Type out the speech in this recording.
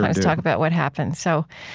and talk about what happens. so